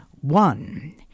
One